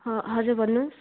हो हजुर भन्नुहोस्